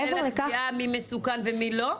כולל הקביעה מי מסוכן ומי לא?